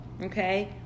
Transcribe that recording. okay